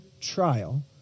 trial